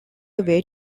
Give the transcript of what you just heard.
away